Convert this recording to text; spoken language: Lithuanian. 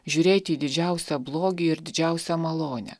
žiūrėti į didžiausią blogį ir didžiausią malonę